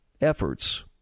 efforts